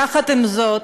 יחד עם זאת,